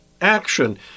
action